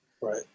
Right